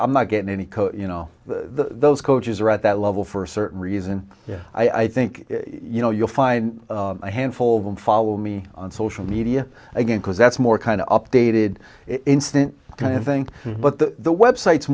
i'm not getting any you know the those coaches are at that level for a certain reason i think you know you'll find a handful of them follow me on social media again because that's more kind of updated instant kind of thing but the website